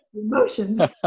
Emotions